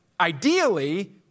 ideally